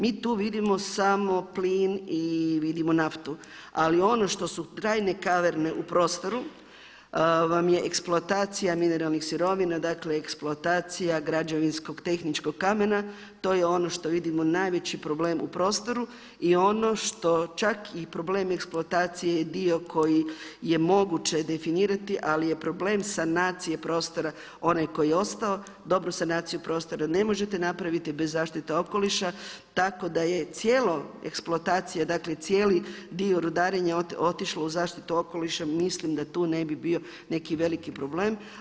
Mi tu vidimo samo plin i vidimo naftu, ali ono što su trajne kaverne u prostoru vam je eksploatacija mineralnih sirovina, dakle eksploatacija građevinskog tehničkog kamena, to je ono što vidimo najveći problem u prostoru i ono što čak i problem eksploatacije je dio koji je moguće definirati ali je problem sanacije prostora onaj koji je ostao, dobru sanaciju prostora ne možete napraviti bez zaštite okoliša, tako da je cijelo, eksploatacija, dakle cijeli dio rudarenja otišlo u zaštitu okoliša, mislim da tu ne bi bio neki veliki problem.